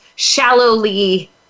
shallowly